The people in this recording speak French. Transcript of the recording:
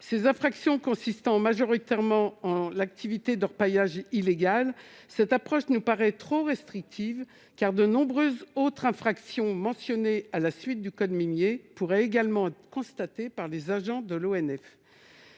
Ces infractions consistant majoritairement en l'activité d'orpaillage illégal, cette approche nous paraît trop restrictive : de nombreuses autres infractions mentionnées à la suite du code minier pourraient également être constatées par les agents de l'ONF,